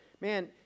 man